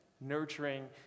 Nurturing